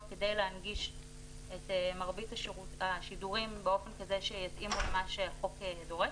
כדי להנגיש את מרבית השידורים באופן כזה שיתאימו למה שהחוק דורש,